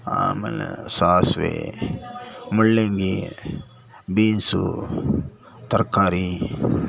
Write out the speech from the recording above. ಆಮೇಲೆ ಸಾಸಿವೆ ಮೂಲಂಗಿ ಬೀನ್ಸು ತರಕಾರಿ